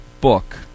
book